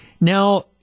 Now